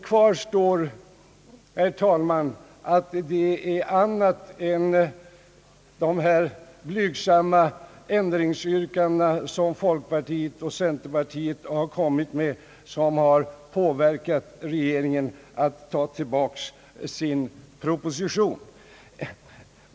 Kvar står, herr talman, att det är något annat än folkpartiets och centerpartiets blygsamma ändringsyrkanden som har påverkat regeringen att ta tillbaka sin proposition.